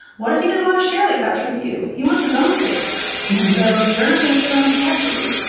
what if he doesn't want to share the couch with you? he wants his own space! and so you're not going to sit on his cat tree,